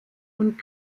und